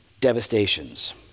devastations